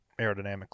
aerodynamically